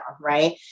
right